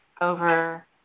over